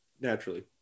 Naturally